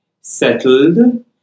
settled